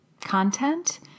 content